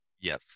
Yes